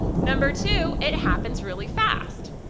number two it happens really fast.